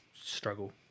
struggle